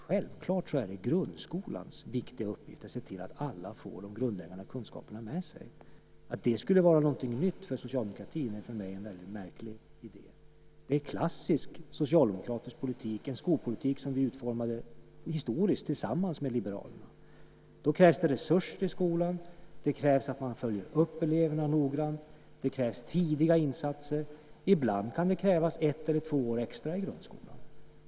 Självklart är det grundskolans viktiga uppgift att se till att alla får de grundläggande kunskaperna med sig. Att det skulle vara något nytt för socialdemokratin är för mig en väldigt märklig idé. Det är klassisk socialdemokratisk politik, en skolpolitik som vi utformade historiskt tillsammans med liberalerna. Det krävs resurser till skolan, att man följer upp eleverna noggrant och tidiga insatser. Ibland kan det krävas ett eller två år extra i grundskolan.